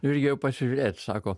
ir jau pasižiūrėt sako